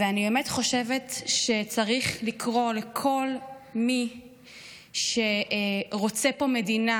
ואני באמת חושבת שצריך לקרוא לכל מי שרוצה פה מדינה